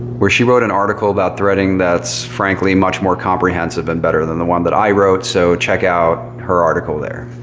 where she wrote an article about threading that's frankly much more comprehensive and better than the one that i wrote. so check out her article there.